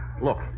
Look